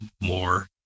more